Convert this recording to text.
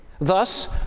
Thus